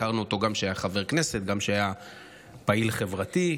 הכרנו אותו גם כשהיה חבר כנסת וגם כשהיה פעיל חברתי,